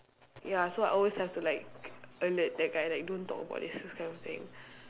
ya so I always have to like alert that guy like don't talk about this this kind of thing